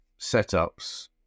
setups